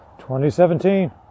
2017